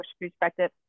perspective